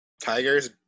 Tigers